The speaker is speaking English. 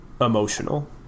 emotional